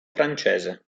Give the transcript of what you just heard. francese